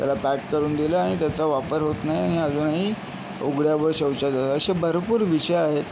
त्याला पॅक करून दिलं आणि त्याचा वापर होत नाही आणि अजूनही उघड्यावर शौचाला जा असे भरपूर विषय आहेत